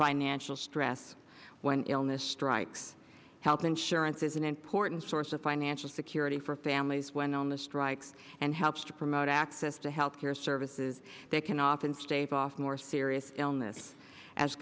financial stress when illness strikes health insurance is an important source of financial security for families when illness strikes and helps to promote access to health care services they can often stave off more serious illness as